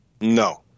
no